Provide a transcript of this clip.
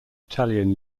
italian